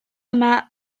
yma